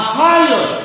higher